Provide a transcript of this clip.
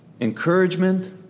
encouragement